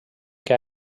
que